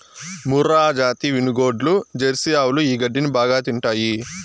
మూర్రాజాతి వినుగోడ్లు, జెర్సీ ఆవులు ఈ గడ్డిని బాగా తింటాయి